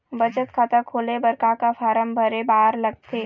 बचत खाता खोले बर का का फॉर्म भरे बार लगथे?